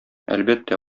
әлбәттә